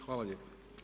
Hvala lijepa.